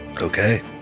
Okay